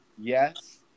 Yes